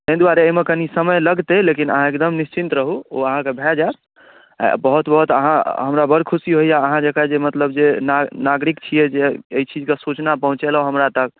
ताहि दुआरे एहि मे कनी समय लगतै लेकिन अहाँ एकदम निश्चिंत रहू ओ अहाँके भए जायत बहुत बहुत अहाँ हमरा बड़ खुशी होइया अहाँ जे मतलब जे नागरिक छियै जे एहि चीज के सूचना पहुँचेलहुॅं हमरा तक